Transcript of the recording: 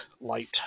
light